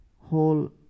whole